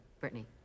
Brittany